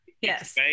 Yes